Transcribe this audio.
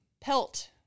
pelt